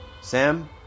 Sam